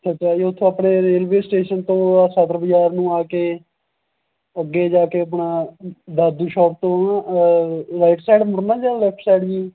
ਅੱਛਾ ਅੱਛਾ ਜੀ ਉੱਥੋਂ ਆਪਣੇ ਰੇਲਵੇ ਸਟੇਸ਼ਨ ਤੋਂ ਸਦਰ ਬਜ਼ਾਰ ਨੂੰ ਆ ਕੇ ਅੱਗੇ ਜਾ ਕੇ ਆਪਣਾ ਦਾਦੂ ਸ਼ੋਪ ਤੋਂ ਰਾਈਟ ਸਾਈਡ ਮੁੜਨਾ ਜਾਂ ਲੈਫਟ ਸਾਈਡ ਜੀ